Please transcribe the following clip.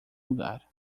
lugar